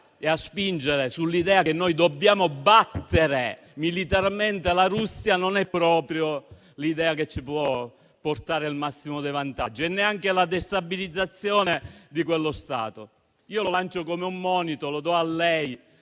e a spingere sull'idea che noi dobbiamo battere militarmente la Russia, non è proprio la soluzione che ci può portare il massimo dei vantaggi, come non lo è la destabilizzazione di quello Stato. Lo lancio come monito, ne faccia